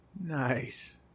Nice